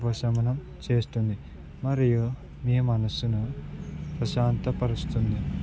ఉపశమనం చేస్తుంది మరియు మీ మనసును ప్రశాంతపరుస్తుంది